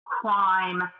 crime